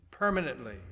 permanently